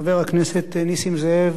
חבר הכנסת נסים זאב,